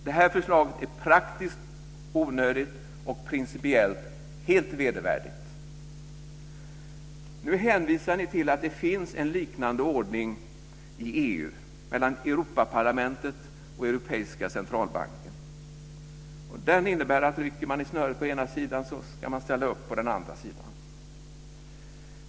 Det här förslaget är praktiskt onödigt och principiellt helt vedervärdigt. Nu hänvisar ni till att det finns en liknande ordning i EU mellan Europaparlamentet och Europeiska centralbanken. Den ordningen innebär att rycks det i snöret på ena sidan, ska man ställa upp på den andra sidan.